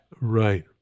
Right